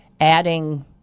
adding